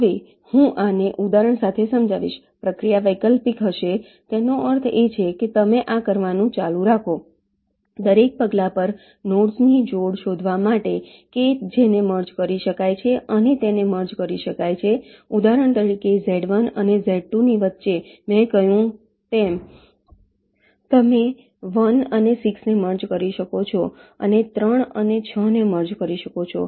હવે હું આને ઉદાહરણ સાથે સમજાવીશ પ્રક્રિયા વૈકલ્પિક હશે તેનો અર્થ એ છે કે તમે આ કરવાનું ચાલુ રાખો દરેક પગલા પર નોડ્સની જોડ શોધવા માટે કે જેને મર્જ કરી શકાય છે અને તેને મર્જ કરી શકાય છે ઉદાહરણ તરીકે કે Z1 અને Z2 ની વચ્ચે મેં કહ્યું તેમ તમે 1 અને 6 ને મર્જ કરી શકો છો તમે 3 અને 6 ને મર્જ કરી શકો છો